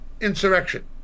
insurrection